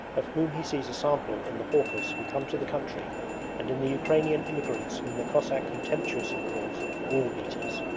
of whom he sees a sample in the hawkers who come to the country and in the ukrainian immigrants whom the cossack contemptuously calls woolbeaters.